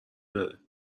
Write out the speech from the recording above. داره